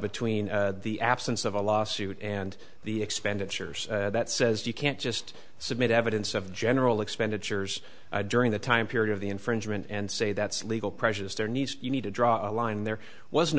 between the absence of a lawsuit and the expenditures that says you can't just submit evidence of general expenditures during the time period of the infringement and say that's legal precious there needs you need to draw a line and there was no